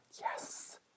Yes